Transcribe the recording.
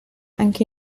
anche